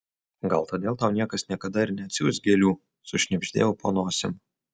gal todėl tau niekas niekada ir neatsiųs gėlių sušnibždėjau po nosim